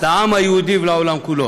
לעם היהודי ולעם כולו.